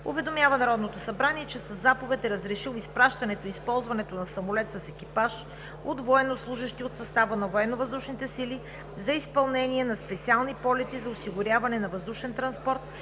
уведомява Народното събрание, че със заповед е разрешил изпращането и използването на самолет с екипаж от военнослужещи от състава на Военновъздушните сили за изпълнение на специални полети за осигуряване на въздушен транспорт